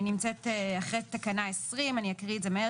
אני נמצאת אחרי תקנה 20. אני אקריא את זה מהר.